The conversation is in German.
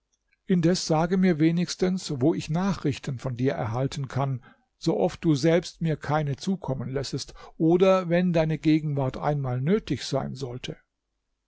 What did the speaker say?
indes sage mir wenigstens wo ich nachrichten von dir erhalten kann so oft du selbst mir keine zukommen lässest oder wenn deine gegenwart einmal nötig sein sollte